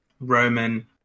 roman